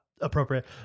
appropriate